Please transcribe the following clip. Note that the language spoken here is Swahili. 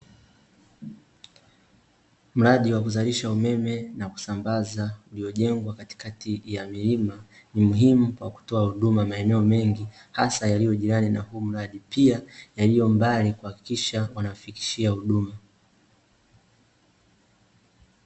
Mradi wa kuzalisha umeme na kusambaza, uliojengwa katikati ya milima . Ni muhimu kwa kutoa huduma maeneo mengi, hasa yaliyo jirani na huu mradi , pia yaliyo mbali kuhakikisha, wanafikishiwa huduma.